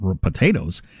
potatoes